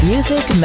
Music